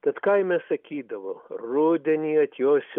tad kaime sakydavo rudenį atjosiu